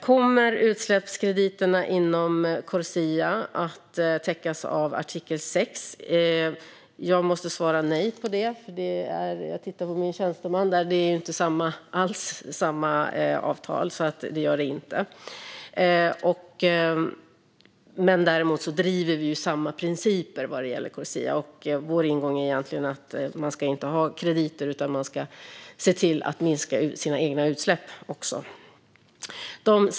Kommer utsläppskrediterna inom Corsia att täckas av artikel 6? Jag måste svara nej på detta. Det är inte alls samma avtal, så det gör det inte. Däremot driver vi samma principer vad gäller Corsia. Vår ingång är egentligen att man inte ska ha krediter, utan att man ska se till att minska sina egna utsläpp också.